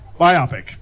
Biopic